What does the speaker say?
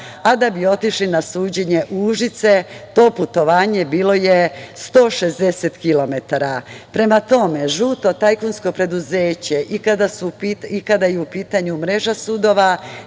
a da bi otišli na suđenje u Užice to putovanje bilo je 160 kilometara. Prema tome, žuto tajkunsko preduzeće i kada je u pitanju mreža sudova